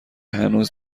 هنوز